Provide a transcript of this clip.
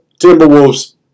Timberwolves